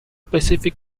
specific